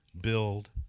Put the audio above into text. build